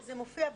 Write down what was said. זה מופיע בחוק.